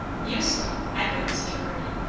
useful! echoed mrs. reverdy.